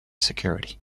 security